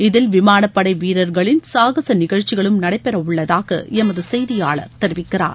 இதில் விமானப்படை வீரர்களின் சாகச நிகழ்ச்சிகளும் நடைபெறவுள்ளதாக எமது சுசெய்தியாளர் தெரிவிக்கிறார்